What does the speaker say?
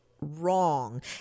wrong